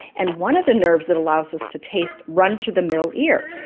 and one of the nerves that allows us to taste runs through the middle ear,